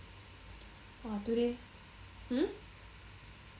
!wah! today hmm